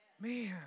Man